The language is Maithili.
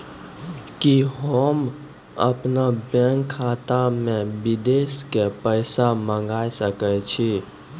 कि होम अपन बैंक खाता मे विदेश से पैसा मंगाय सकै छी?